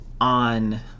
on